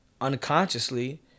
unconsciously